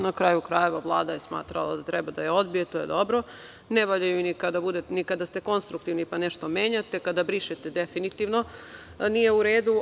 Na kraju krajeva, Vlada je smatrala da treba da odbije, to je dobro: Ne valja ni kada ste konstruktivni, pa nešto menjate, kada brišete, definitivno nije u redu.